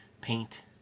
paint